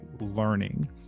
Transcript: learning